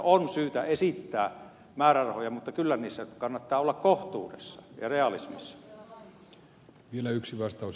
on syytä esittää määrärahoja mutta kyllä niissä kannattaa olla kohtuudessa ja realismissa